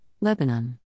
Lebanon